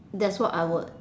that's what I would